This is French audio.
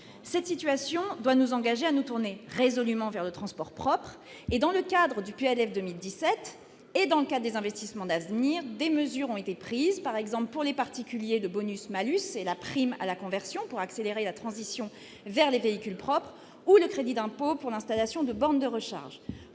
Cette situation doit nous engager à nous tourner résolument vers le transport propre. Dans le cadre du projet de loi de finances pour 2017 et des investissements d'avenir, des mesures ont été prises : pour les particuliers, le bonus-malus et la prime à la conversion, destinés à accélérer la transition vers les véhicules propres, ou le crédit d'impôt pour l'installation de bornes de recharge